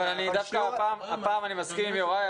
דווקא הפעם אני מסכים עם יוראי,